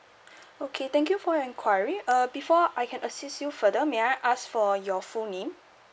okay thank you for your enquiry uh before I can assist you further may I ask for your full name